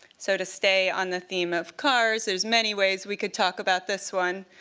so to stay on the theme of cars, there's many ways we could talk about this one.